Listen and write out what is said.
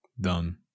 Done